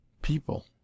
people